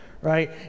right